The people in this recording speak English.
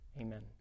Amen